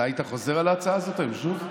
אתה היית חוזר על ההצעה הזאת היום שוב?